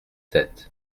tête